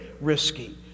risky